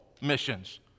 missions